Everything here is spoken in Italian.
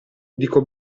dico